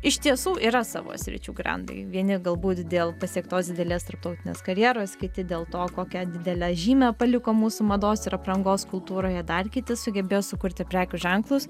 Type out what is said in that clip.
iš tiesų yra savo sričių grandai vieni galbūt dėl pasiektos didelės tarptautinės karjeros kiti dėl to kokią didelę žymę paliko mūsų mados ir aprangos kultūroje dar kiti sugebėjo sukurti prekių ženklus